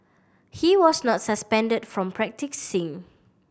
he was not suspended from practising